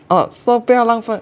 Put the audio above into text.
哦说不要浪费